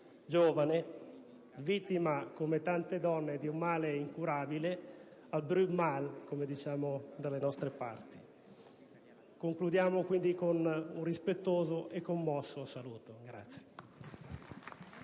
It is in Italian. giovane, vittima, come tante donne, di un male incurabile, un brut mal, come diciamo dalle nostre parti. Concludiamo, quindi, con un rispettoso e commosso saluto.